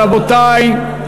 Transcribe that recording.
רבותי,